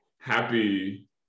Happy